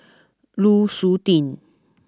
Lu Suitin